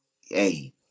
hey